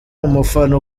umufana